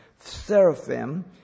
seraphim